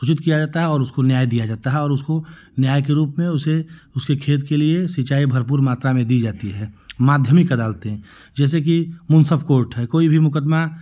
सूचित किया जाता है और उसको न्याय दिया जाता है और उसको न्याय के रूप में उसे उसके खेत के लिए सिंचाई भरपूर मात्रा में दी जाती है माध्यमिक अदालतें जैसे कि मुंसफ कोर्ट है कोई भी मुकदमा